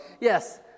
Yes